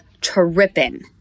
tripping